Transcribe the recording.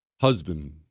Husband